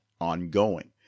ongoing